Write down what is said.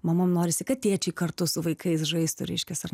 mamom norisi kad tėčiai kartu su vaikais žaistų reiškiasi ar